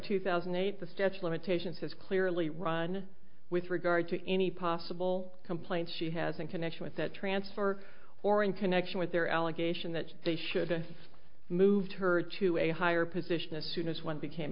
two thousand and eight the statue limitations has clearly run with regard to any possible complaint she has a connection with that transfer or in connection with their allegation that they should have moved her to a higher position as soon as one became